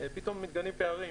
פתאום מתגלים פערים.